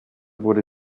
wurde